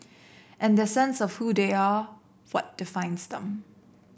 and their sense of who they are what defines them